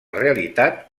realitat